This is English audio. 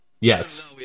Yes